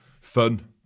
fun